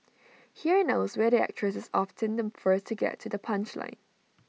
here and elsewhere the actress is often the first to get to the punchline